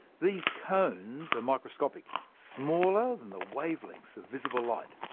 these cones are microscopic smaller than the wavelengths of visible light.